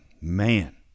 man